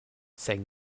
saying